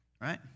right